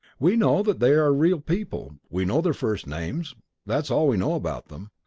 we know that they are real people we know their first names that's all we know about them.